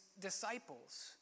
disciples